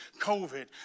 COVID